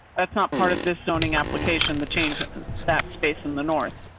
that's not part of this zoning application. the change that space in the north.